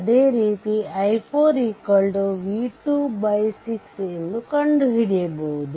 ಅದೇ ರೀತಿ i4 v2 6 ಎಂದು ಕಂಡು ಹಿಡಿಯಬಹುದು